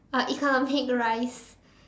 ah economic rice